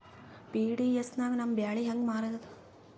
PDS ನಾಗ ನಮ್ಮ ಬ್ಯಾಳಿ ಹೆಂಗ ಮಾರದ?